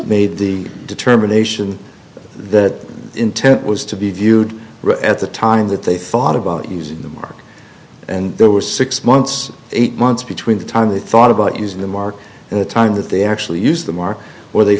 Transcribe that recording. made the determination that intent was to be viewed at the time that they thought about using the mark and there were six months eight months between the time they thought about using the mark and the time that they actually used the mark where they